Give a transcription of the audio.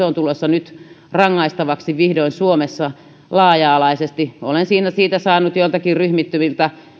on tulossa nyt rangaistavaksi vihdoin suomessa laaja alaisesti olen siitä saanut joiltakin ryhmittymiltä